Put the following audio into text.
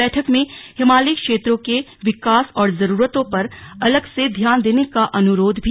बैठक में हिमालयी क्षेत्रों के विकास और जरूरतो पर अलग से ध्यान देने का अनुरोध किया गया